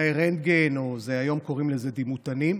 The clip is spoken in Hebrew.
טכנאי רנטגן, היום קוראים לזה דימותנים,